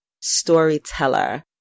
storyteller